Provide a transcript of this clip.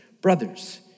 brothers